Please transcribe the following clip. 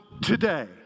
today